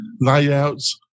layouts